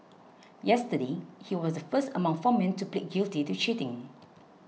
yesterday he was the first among four men to plead guilty to cheating